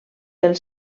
pel